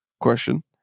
question